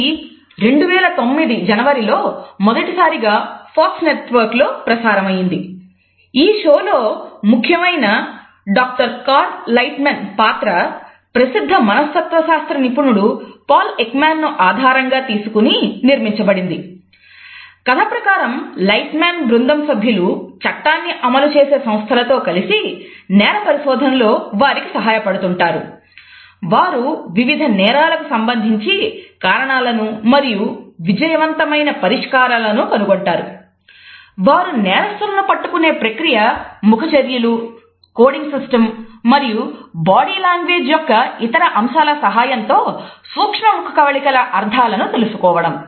ఇది 2009 జనవరిలో యొక్క ఇతర అంశాల సహాయంతో సూక్ష్మ ముఖ కవళికల అర్ధాలను తెలుసుకోవడం